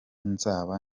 nzaba